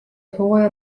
hooaja